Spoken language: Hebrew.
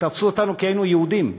תפסו אותנו כי היינו יהודים.